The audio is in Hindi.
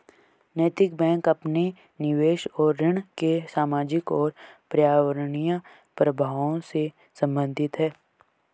नैतिक बैंक अपने निवेश और ऋण के सामाजिक और पर्यावरणीय प्रभावों से संबंधित है